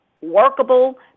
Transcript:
workable